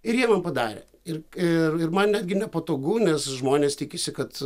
ir jie man padarė ir ir ir man netgi nepatogu nes žmonės tikisi kad